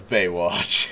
Baywatch